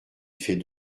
fait